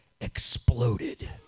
exploded